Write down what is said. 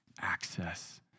access